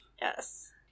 Yes